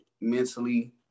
mentally